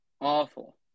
awful